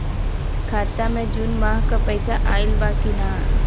खाता मे जून माह क पैसा आईल बा की ना?